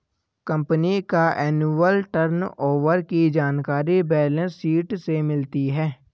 company का annual turnover की जानकारी बैलेंस शीट से मिलती है